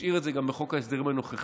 ישאיר את זה גם בחוק ההסדרים הנוכחי.